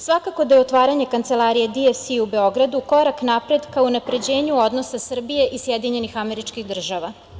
Svakako da je otvaranje Kancelarije DFC u Beogradu korak napred ka unapređenju odnosa Srbije i SAD.